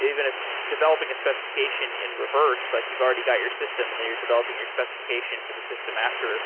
even if it's developing a specification in reverse, like you've already got your system and then you're developing your specification for the system after